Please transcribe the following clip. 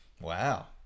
Wow